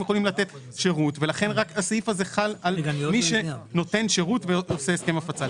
יכולים לתת שירות ולכן הסעיף הזה חל על מי שנותן שירות ועושה הסכם הפצה.